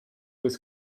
was